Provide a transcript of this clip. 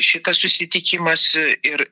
šitas susitikimas ir